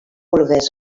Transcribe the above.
volgués